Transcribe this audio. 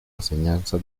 enseñanza